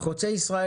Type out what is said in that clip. חוצה ישראל,